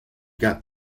got